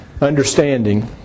understanding